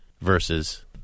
versus